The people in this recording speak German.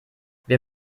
wir